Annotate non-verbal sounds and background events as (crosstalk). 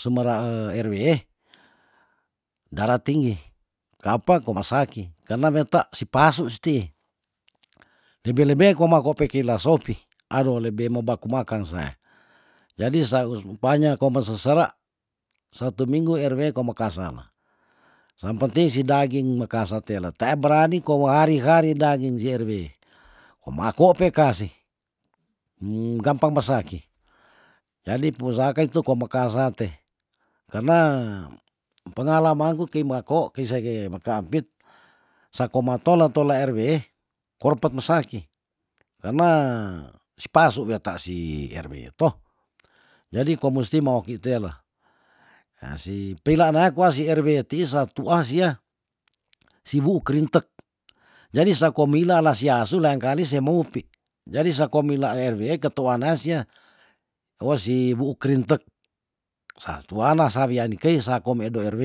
sumera rw darah tinggi ka apa ko ma saki karna weta si pa asu sti (noise) lebe lebe ko ma ko pei kila sopi ado lebe mo baku makang sae jadi saus mu banya ko me sesera satu minggu rw kome kasane sam penting si daging mekase tele tea berani kowe hari hari daging si rw ko ma kuo pe kasih (hesitation) gampang ba saki jadi pu usahakan itu kome kea sate karna pengalaman ku keng mako kei sake meka ampit sako ma tola tola rw ko repet me saki karna si pasu weta si rw to jadi ko musti mo oki tela yah si peilaan nea kwa si rw ti sa tuaah sia siwuk rintek jadi sakua meila ala si asu leangkali se mou pi jadi sako meila rw ke tuana sia oh si wuuk rintek sa tuana sa wia ni kei sako medo rw